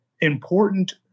important